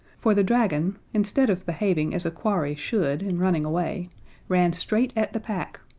for the dragon instead of behaving as a quarry should, and running away ran straight at the pack,